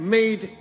made